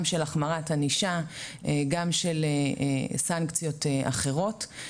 גם של החמרת ענישה, גם של סנקציות אחרות.